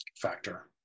factor